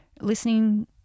listening